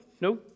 no